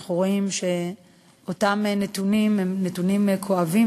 אנחנו רואים שאותם נתונים הם נתונים כואבים,